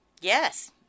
Yes